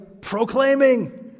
proclaiming